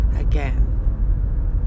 Again